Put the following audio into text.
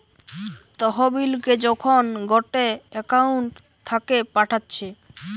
তহবিলকে যখন গটে একউন্ট থাকে পাঠাচ্ছে